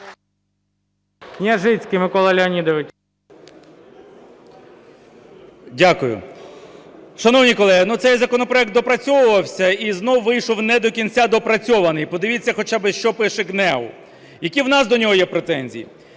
Дякую. Шановні колеги, цей законопроект доопрацьовувався і знову вийшов не до кінця доопрацьований, подивіться хоча б, що пише ГНЕУ, Які у нас є до нього претензії?